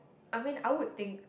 I mean I would think